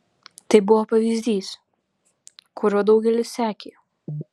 tai buvo pavyzdys kuriuo daugelis sekė